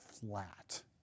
flat